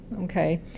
okay